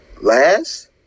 Last